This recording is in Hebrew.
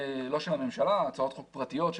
חקיקה, לא של הממשלה אלא הצעות חוק פרטיות של